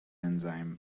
enzyme